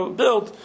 built